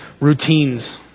routines